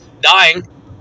dying